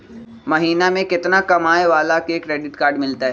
महीना में केतना कमाय वाला के क्रेडिट कार्ड मिलतै?